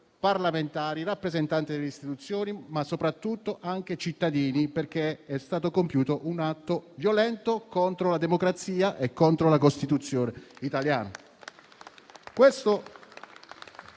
parlamentari rappresentanti delle istituzioni, ma soprattutto cittadini. È stato compiuto infatti un atto violento contro la democrazia e contro la Costituzione italiana